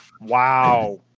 Wow